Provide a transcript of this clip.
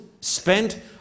spent